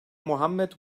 mohammad